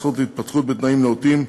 הזכות להתפתחות בתנאים נאותים,